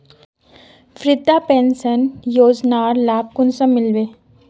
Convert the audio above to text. वृद्धा पेंशन योजनार लाभ कुंसम मिलबे?